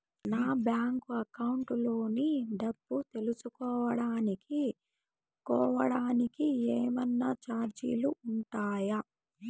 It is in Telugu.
నా బ్యాంకు అకౌంట్ లోని డబ్బు తెలుసుకోవడానికి కోవడానికి ఏమన్నా చార్జీలు ఉంటాయా?